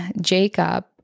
Jacob